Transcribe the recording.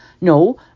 No